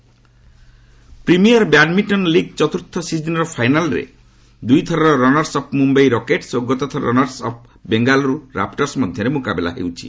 badminton premier badminton league ଚତୁର୍ଥ ସିଜିନ୍ର ଫାଇନାଲରେ ଦୁଇଥରର ରନର୍ସ ଅପ୍ ମୁମ୍ବାଇ ରକେଟ୍ସ ଓ ଗତଥରର ରନର୍ସ ଅପ୍ ବେଙ୍ଗାଲୁର ରାପଟର୍ସ ମଧ୍ୟରେ ମୁକାବିଲା ହେଉଛି